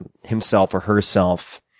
um himself or herself,